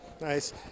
Nice